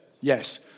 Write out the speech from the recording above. Yes